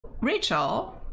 Rachel